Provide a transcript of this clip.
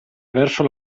verso